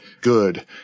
good